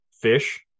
fish